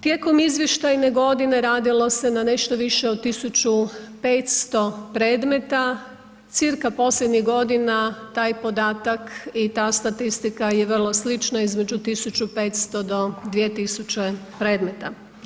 Tijekom izvještajne godine radilo se na nešto više od 1500 predmeta, cca. posljednjih godina taj podatak i ta statistika je vrlo slično između 1500 do 2000 predmeta.